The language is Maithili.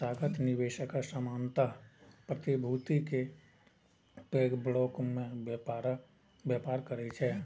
संस्थागत निवेशक सामान्यतः प्रतिभूति के पैघ ब्लॉक मे व्यापार करै छै